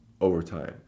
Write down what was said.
overtime